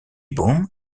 boom